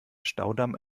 staudamm